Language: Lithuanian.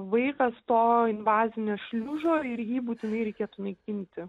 vaikas to invazinio šliužo ir jį būtinai reikėtų naikinti